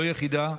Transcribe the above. לא יחידה,